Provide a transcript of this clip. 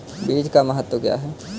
बीज का महत्व क्या है?